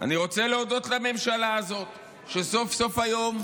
אני רוצה להודות לממשלה הזאת שסוף-סוף היום